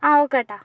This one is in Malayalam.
ആ ഓക്കേ ചേട്ടാ